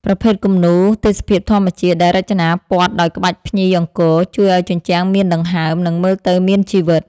ប្រភេទគំនូរ ទេសភាពធម្មជាតិ ដែលរចនាព័ទ្ធដោយក្បាច់ភ្ញីអង្គរ ជួយឱ្យជញ្ជាំងមានដង្ហើម និងមើលទៅមានជីវិត។